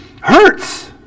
hurts